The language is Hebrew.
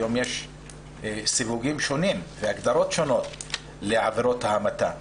היום יש סיווגים שונים והגדרות שונות לעבירות ההמתה.